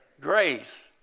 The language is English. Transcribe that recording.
grace